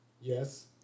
Yes